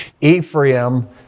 Ephraim